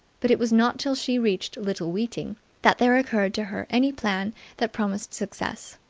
but it was not till she reached little weeting that there occurred to her any plan that promised success.